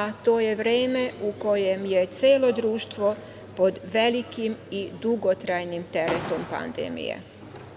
a to je vreme u kojem je celo društvo pod velikim i dugotrajnim teretom pandemije. Resorno